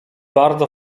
bardzo